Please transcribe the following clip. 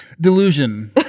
Delusion